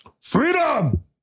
Freedom